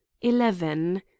eleven